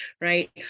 right